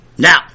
Now